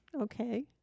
Okay